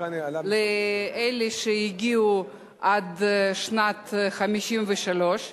לאלה שהגיעו עד שנת 1953,